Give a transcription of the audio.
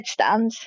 headstand